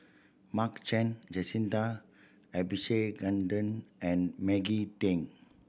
Mark Chan Jacintha Abisheganaden and Maggie Teng